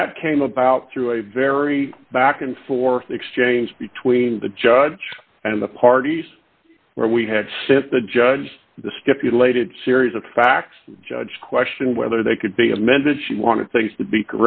that came about through a very back and forth exchange between the judge and the parties where we had sent the judge the stipulated series of facts judge question whether they could be amended she wanted things to be